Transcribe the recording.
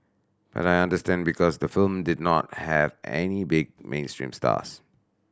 but I understand because the film did not have any big mainstream stars